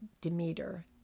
Demeter